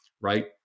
right